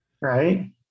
Right